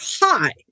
high